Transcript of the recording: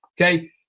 okay